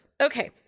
okay